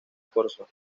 corzo